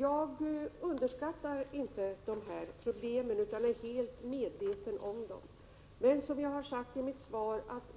Jag underskattar inte problemen utan är helt medveten om dem. Men